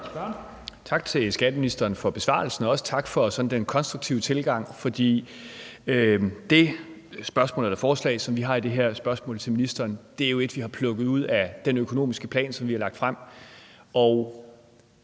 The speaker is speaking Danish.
Tak til skatteministeren for besvarelsen, og også tak for den konstruktive tilgang. Det forslag, som vi har i det her spørgsmål til ministeren, er jo et, vi har plukket ud den økonomiske plan, som vi har lagt frem, og